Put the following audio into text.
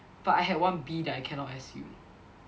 but I had one B that I cannot S_U